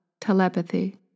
telepathy